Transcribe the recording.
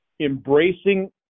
embracing